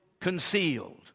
concealed